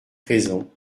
raison